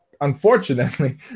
unfortunately